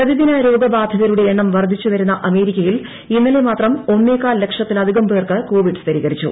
പ്രതിദിന രോഗബാധിതരുടെ എണ്ണം വർദ്ധിച്ചുവരുന്ന അമേരിക്കയിൽ ഇന്നലെ മാത്രം ഒന്നേകാൽ ലക്ഷത്തിലധികം പേർക്ക് കൊവിഡ് സ്ഥിരീകരിച്ചു